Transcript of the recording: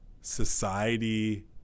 society